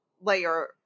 layer